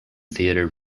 theater